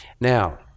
now